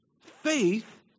Faith